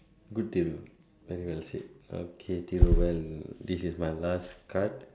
good deal very well said okay Thiru well this is my last card